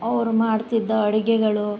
ಅವರು ಮಾಡ್ತಿದ್ದ ಅಡುಗೆಗಳು